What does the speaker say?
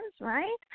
right